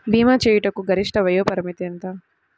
భీమా చేయుటకు గరిష్ట వయోపరిమితి ఎంత?